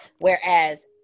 Whereas